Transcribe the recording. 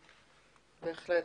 בהחלט.